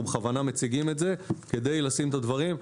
בכוונה מציגים את זה כדי לשים את הדברים.